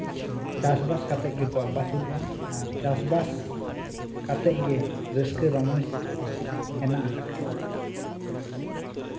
ᱪᱟᱥᱵᱟᱥ ᱠᱟᱛᱮ ᱜᱮᱠᱚ ᱟᱯᱟᱥᱤᱞᱤᱜᱼᱟ ᱟᱨ ᱪᱟᱥᱵᱟᱥ ᱠᱟᱛᱮ ᱜᱮ ᱨᱟᱹᱥᱠᱟᱹ ᱨᱚᱢᱚᱡ ᱦᱮᱱᱟᱜ ᱟᱠᱟᱫ ᱠᱚᱣᱟ